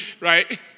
right